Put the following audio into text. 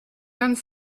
vingt